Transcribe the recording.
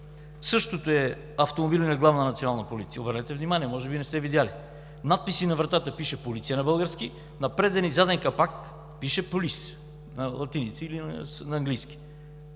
Същото е с автомобилите на Главна национална полиция, обърнете внимание, може би не сте видели. Надписи на вратата – пише „Полиция“ на български, на преден и заден капак пише „Police“ на латиница или на английски.